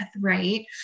right